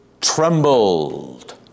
trembled